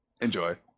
Enjoy